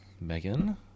megan